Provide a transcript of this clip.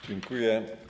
Dziękuję.